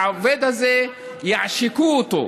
העובד הזה, יעשקו אותו.